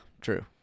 true